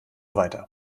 weiter